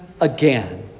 again